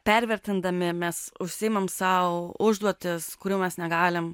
pervertindami mes užsiimam sau užduotis kurių mes negalim